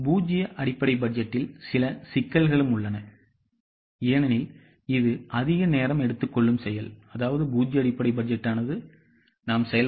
பூஜ்ஜிய அடிப்படை பட்ஜெட்டில் சில சிக்கல்களும் உள்ளன ஏனெனில் இது அதிக நேரம் எடுத்துக்கொள்ளும் செயல்